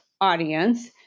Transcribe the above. audience